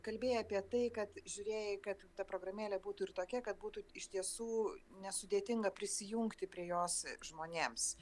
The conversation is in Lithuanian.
kalbėjai apie tai kad žiūrėjai kad ta programėlė būtų ir tokia kad būtų iš tiesų nesudėtinga prisijungti prie jos žmonėms